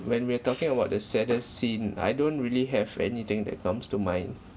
when we are talking about the saddest scene I don't really have anything that comes to mind